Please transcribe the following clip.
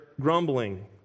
grumbling